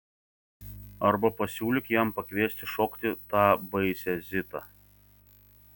arba pasiūlyk jam pakviesti šokti tą baisią zitą